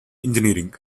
engineering